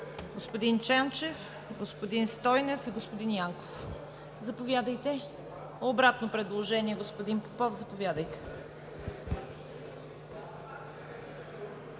Господин Ченчев, господин Стойнев и господин Янков. Обратно предложение – господин Попов, заповядайте.